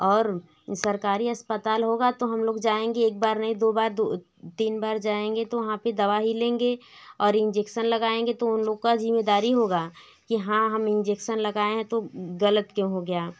और सरकारी अस्पताल होगा तो हम लोग जाएँगे एक बार नहीं दो बार दो तीन बार जाएँगे तो वहाँ पर दवा ही लेंगे और इंजेक्सन लगाएँगे तो उन लोग का जिम्मेदारी होगा कि हाँ हम इंजेक्सन लगाए हैं तो गलत क्यों हो गया